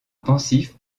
pensif